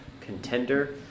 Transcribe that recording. contender